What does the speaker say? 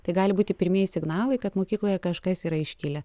tai gali būti pirmieji signalai kad mokykloje kažkas yra iškilę